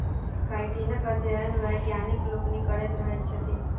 काइटीनक अध्ययन वैज्ञानिक लोकनि करैत रहैत छथि